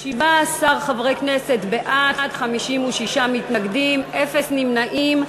17 חברי כנסת בעד, 56 מתנגדים, אין נמנעים.